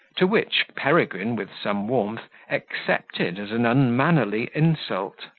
to which peregrine, with some warmth, excepted as an unmannerly insult.